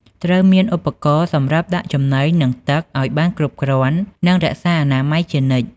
ត្រូវមានឧបករណ៍សម្រាប់ដាក់ចំណី និងទឹកឲ្យបានគ្រប់គ្រាន់ និងរក្សាអនាម័យជានិច្ច។